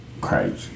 crazy